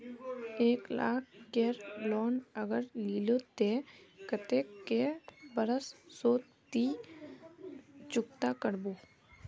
एक लाख केर लोन अगर लिलो ते कतेक कै बरश सोत ती चुकता करबो?